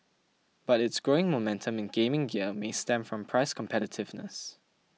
but its growing momentum in gaming gear may stem from price competitiveness